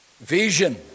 Vision